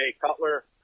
Cutler